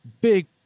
big